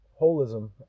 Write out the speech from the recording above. holism